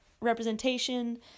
representation